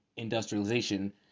industrialization